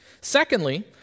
Secondly